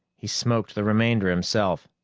he smoked the remainder himself,